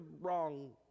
wrong